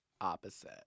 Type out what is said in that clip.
opposite